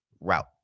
route